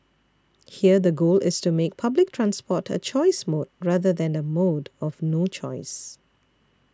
here the goal is to make public transport a choice mode rather than a mode of no choice